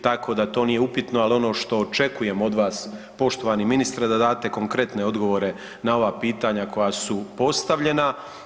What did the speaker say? Tako da to nije upitno, ali ono što očekujem od vas poštovani ministre da date konkretne odgovore na ova pitanja koja su postavljena.